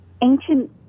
Ancient